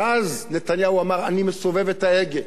אבל אז נתניהו אמר: אני מסובב את ההגה,